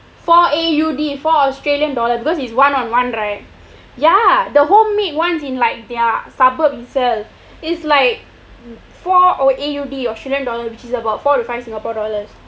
four A_U_D four australian dollar because is one on one right ya the whole big ones in like their cupboard mixer is like four A_U_D australia dollar which is about four to five singapore dollars